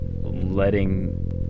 letting